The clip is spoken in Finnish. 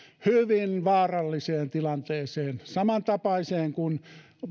hyvin vaaralliseen tilanteeseen samantapaiseen kuin